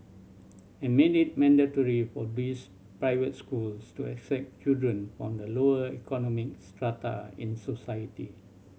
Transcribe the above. and make it mandatory for these private schools to accept children from the lower economic strata in society